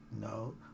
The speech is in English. No